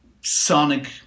sonic